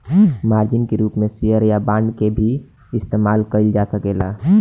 margin के रूप में शेयर या बांड के भी इस्तमाल कईल जा सकेला